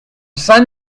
saint